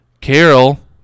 Carol